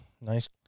Nice